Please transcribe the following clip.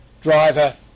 driver